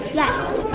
yes.